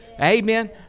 Amen